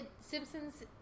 Simpsons